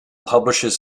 publishes